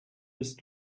bist